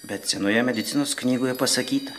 bet senoje medicinos knygoje pasakyta